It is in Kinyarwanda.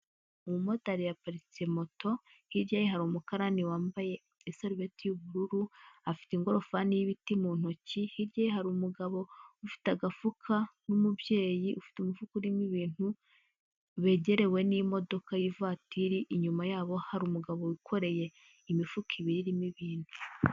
Umumotari yaparitse moto, hirya ye hari umukarani wambaye isarubeti y'ubururu, afite ingorofani y'ibiti mu ntoki, hirya ye hari umugabo ufite agafuka n'umubyeyi ufite umufuka urimo ibintu, begerewe n'imodoka y'ivatiri, inyuma y'abo hari umugabo wikoreye imifuka ibiri irimo ibintu.